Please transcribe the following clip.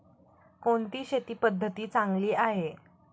कोणती शेती पद्धती चांगली आहे?